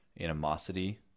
animosity